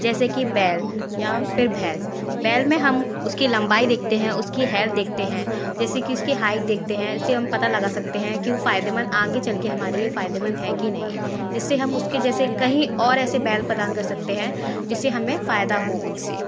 जैसे कि बैल या फिर भैंस बैल में हम उसकी लंबाई देखते हैं उसकी हेल्थ देखते हैं जैसे कि उसकी हाइट देखते हैं इससे हम पता लगा सकते हैं कि वो फायदेमंद आगे चलके हमारे लिए फायदेमंद है कि नहीं है जिससे हम उसके जैसे कई और ऐसे बैल प्रदान कर सकते हैं जिससे हमें फायदा हो उनसे